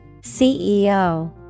CEO